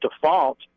default